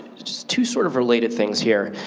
just two sort of related things here.